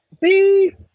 Beep